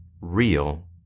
real